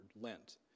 lent